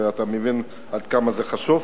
אתה מבין עד כמה זה חשוב.